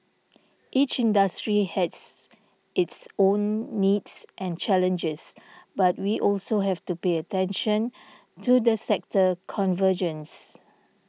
each industry has its own needs and challenges but we also have to pay attention to the sector convergence